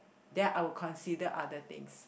then I'll consider other things